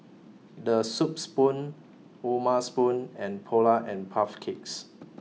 The Soup Spoon O'ma Spoon and Polar and Puff Cakes